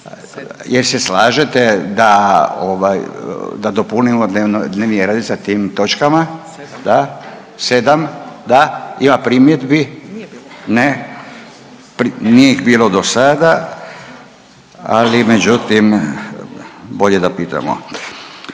Je l' se slažete da ovaj, da dopunimo dnevni red sa tim točkama? Da? 7, da? Ima primjedbi. Ne. Nije ih bilo do sada, ali međutim, bolje da pitamo.